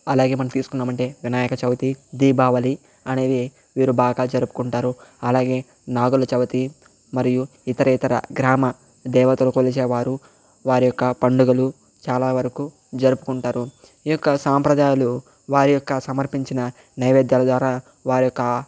అలాగే మనం తీసుకున్నామంటే వినాయక చవితి దీపావళి అనేవి వీరు బాగా జరుపుకుంటారు అలాగే నాగుల చవితి మరియు ఇతర ఇతర గ్రామ దేవతల కొలిచేవారు వారి యొక్క పండుగలు చాలా వరకు జరుపుకుంటారు ఈ యొక్క సాంప్రదాయాలు వారి యొక్క సమర్పించిన నైవేద్యాలు ద్వారా వారి యొక్క